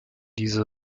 diese